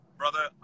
brother